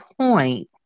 point